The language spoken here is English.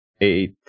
Eight